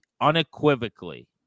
unequivocally